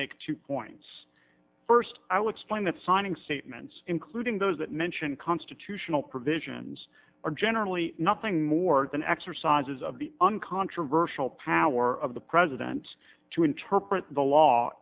make two points first i will explain that signing statements including those that mention constitutional provisions are generally nothing more than exercises of the uncontroversial power of the president to interpret the law